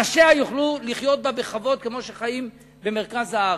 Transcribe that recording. אנשיה יוכלו לחיות בה בכבוד כמו שחיים במרכז הארץ?